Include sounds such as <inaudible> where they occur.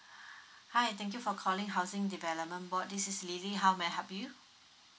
<breath> hi thank you for calling housing development board this is lily how may I help you